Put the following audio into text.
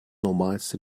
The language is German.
normalste